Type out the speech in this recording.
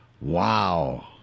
Wow